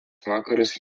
vakarus